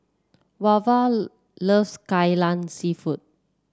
Wava loves Kai Lan seafood